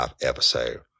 episode